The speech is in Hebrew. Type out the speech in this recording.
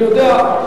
אני יודע.